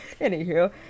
anywho